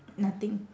nothing